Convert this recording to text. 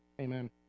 Amen